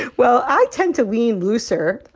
well, i tend to lean looser.